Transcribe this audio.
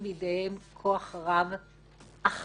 בעיניי זה אחד החוקים שמצטרף לחוקים